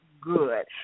good